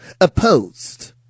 opposed